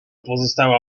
pozostała